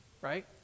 right